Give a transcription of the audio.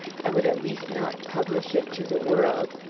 i would at least not publish it to the world!